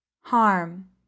harm